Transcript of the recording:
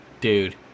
dude